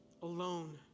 alone